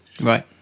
right